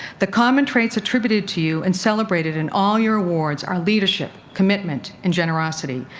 the common traits attributed to you, and celebrated in all your awards, are leadership, commitment, and generosity.